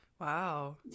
Wow